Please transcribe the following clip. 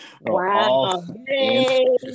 wow